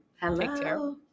Hello